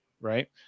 right